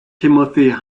timothy